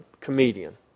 comedian